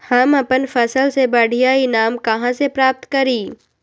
हम अपन फसल से बढ़िया ईनाम कहाँ से प्राप्त करी?